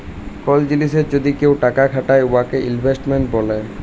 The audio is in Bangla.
কল জিলিসে যদি কেউ টাকা খাটায় উয়াকে ইলভেস্টমেল্ট ব্যলা হ্যয়